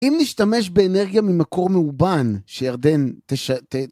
אם נשתמש באנרגיה ממקור מאובן, שירדן תשע...